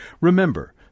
Remember